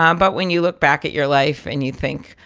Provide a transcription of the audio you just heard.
um but when you look back at your life and you think,